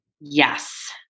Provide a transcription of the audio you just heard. Yes